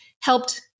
helped